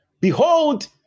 behold